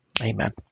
Amen